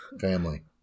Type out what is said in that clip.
family